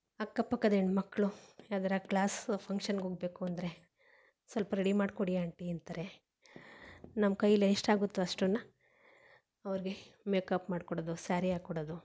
ಅಕ್ಕಪಕ್ಕದ ಹೆಣ್ಮಕ್ಳು ಯಾವ್ದರ ಕ್ಲಾಸ್ ಫಂಕ್ಷನ್ಗೆ ಹೋಗ್ಬೇಕು ಅಂದರೆ ಸ್ವಲ್ಪ ರೆಡಿ ಮಾಡಿಕೊಡಿ ಆಂಟಿ ಅಂತಾರೆ ನಮ್ಮ ಕೈಲಿ ಎಷ್ಟಾಗುತ್ತೊ ಅಷ್ಟನ್ನು ಅವರಿಗೆ ಮೇಕಪ್ ಮಾಡಿಕೊಡೊದು ಸ್ಯಾರಿ ಹಾಕ್ಕೊಡೋದು